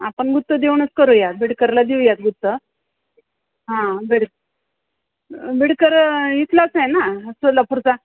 आपण गुत्त देऊनच करूयात बिडकरला देऊयात गुत्त हां बेड बीडकर इथलाच आहे ना सोलापूरचा